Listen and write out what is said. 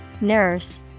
nurse